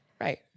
right